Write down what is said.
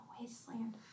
wasteland